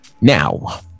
Now